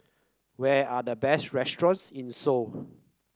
where are the best restaurants in Seoul